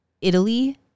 Italy